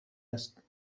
است